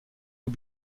aux